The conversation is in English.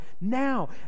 now